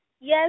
Yes